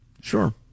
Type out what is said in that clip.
Sure